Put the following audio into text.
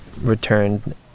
returned